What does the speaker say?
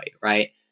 right